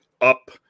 up